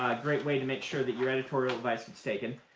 a great way to make sure that your editorial advice is taken.